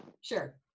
Sure